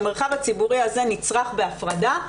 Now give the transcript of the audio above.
למרחב הציבורי הזה נצרך בהפרדה,